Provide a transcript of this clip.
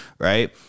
Right